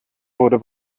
wurde